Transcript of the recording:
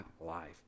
life